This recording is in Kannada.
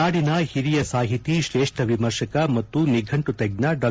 ನಾಡಿನ ಹಿರಿಯ ಸಾಹಿತಿ ಶ್ರೇಷ್ಠ ವಿಮರ್ಶಕ ಮತ್ತು ನಿಘಂಟು ತಜ್ಜ ಡಾ